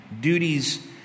duties